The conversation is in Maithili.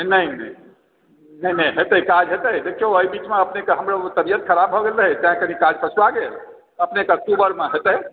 नहि नहि नहि हेतय काज हेतै देखिऔ एहि बीचमे अपनेकेँ हमरो तबिअत खराब भऽ गेल छलै तैंँ कनि काज पछुआ गेल अपनेकेँ अक्टूबरमे हेतै